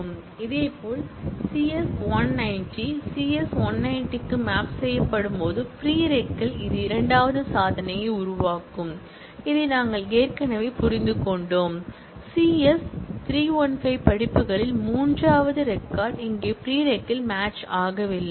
இதேபோல் CS 190 CS 190 க்கு map செய்யப்படும்போது ப்ரீரெக்கில் இது இரண்டாவது சாதனையை உருவாக்கும் இதை நாங்கள் ஏற்கனவே புரிந்து கொண்டோம் சிஎஸ் 315 படிப்புகளில் மூன்றாவது ரெக்கார்ட் இங்கே ப்ரீரெக்கில் மேட்ச் ஆகவில்லை